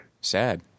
Sad